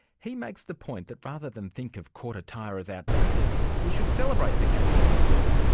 he makes the point that rather than think of court attire as outdated, we should celebrate the captain cook look.